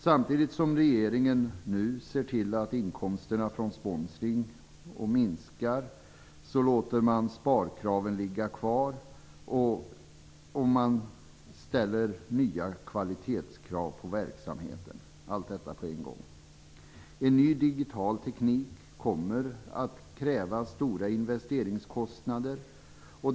Samtidigt som regeringen nu ser till att inkomsterna från sponsring minskar låter man sparkraven ligga kvar, och man ställer nya kvalitetskrav på verksamheten, allt detta på en gång. En ny digital teknik kommer att kräva stora investeringskostnader.